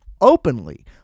openly